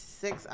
six